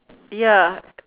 ya